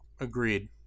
Agreed